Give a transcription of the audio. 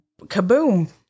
kaboom